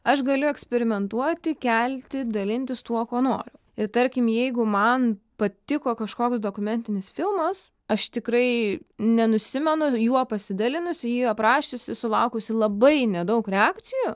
aš galiu eksperimentuoti kelti dalintis tuo ko noriu ir tarkim jeigu man patiko kažkoks dokumentinis filmas aš tikrai nenusimenu juo pasidalinusi jį aprašiusi sulaukusi labai nedaug reakcijų